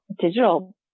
digital